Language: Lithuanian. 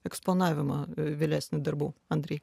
eksponavimą vėlesnį darbų andrei